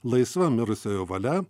laisva mirusiojo valia